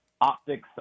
optics